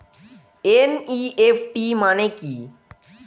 NEFT মানে কি?